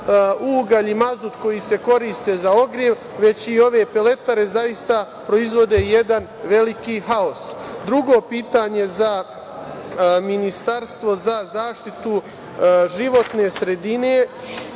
ugalj i mazut koji se koriste za ogrev, već i ove peletare zaista proizvode jedan veliki haos. Drugo pitanje za Ministarstvo za zaštitu životne sredine